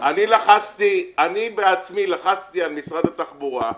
אני בעצמי לחצתי על משרד התחבורה,